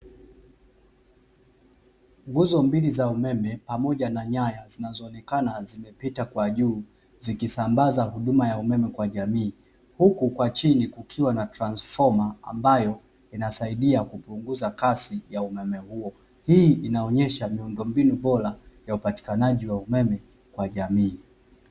Nguzo mbili za umeme pamoja na nyaya, zinazoonekana zimepita kwa juu, zikisambaza huduma ya umeme kwa jamii. Huku kwa chini kukiwa na transifoma ambayo, inasaidia kupunguza kasi ya umeme huo. Hii inaonyesha miundombinu bora, ya upatikanaji wa umeme kwa jamii.